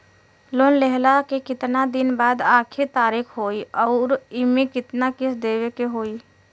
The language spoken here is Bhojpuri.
लोन लेहला के कितना दिन के बाद आखिर तारीख होई अउर एमे कितना किस्त देवे के होई?